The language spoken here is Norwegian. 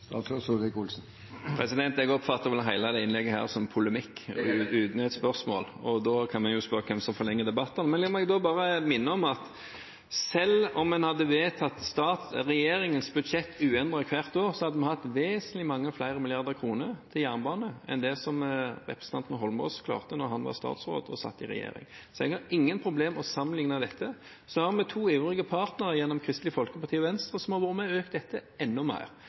Jeg oppfatter hele det innlegget som polemikk … Det er helt riktig. … uten et spørsmål. Da kan man jo spørre seg om hvem som forlenger debattene. La meg bare minne om at selv om man hadde vedtatt regjeringens budsjett uendret hvert år, hadde man hatt vesentlig mange flere milliarder kroner til jernbane enn det som representanten Eidsvoll Holmås klarte da han var statsråd og satt i regjering. Så jeg har ingen problem med å sammenligne dette. Så har vi to ivrige partnere, Kristelig Folkeparti og Venstre, som har vært med og økt dette enda mer.